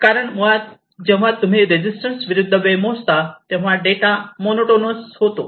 कारण मुळात जेव्हा तुम्ही रेजिस्टन्स विरूद्ध वेळ मोजता तेव्हा डेटा मोनोटोनस होतो